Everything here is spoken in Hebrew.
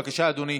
בבקשה, אדוני.